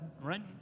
right